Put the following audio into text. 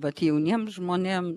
bet jauniems žmonėm